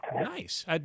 nice